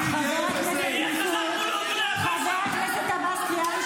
תהיה חזק מול ארגוני הפשע.